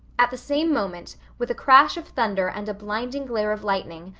at the same moment, with a crash of thunder and a blinding glare of lightning,